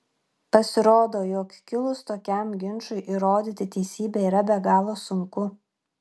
pasirodo jog kilus tokiam ginčui įrodyti teisybę yra be galo sunku